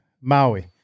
Maui